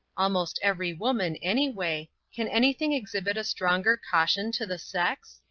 almost every woman any way, can any thing exhibit a stronger caution to the sex?